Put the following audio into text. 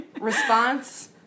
Response